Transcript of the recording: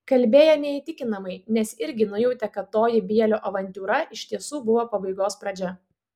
kalbėjo neįtikinamai nes irgi nujautė kad toji bielio avantiūra iš tiesų buvo pabaigos pradžia